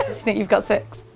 you've got six?